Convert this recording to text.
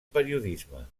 periodisme